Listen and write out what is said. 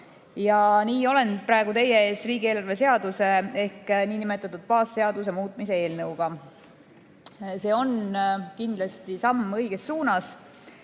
Nii olen praegu teie ees riigieelarve seaduse ehk nn baasseaduse muutmise eelnõuga. See on kindlasti samm õiges suunas